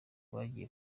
bagiye